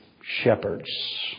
shepherds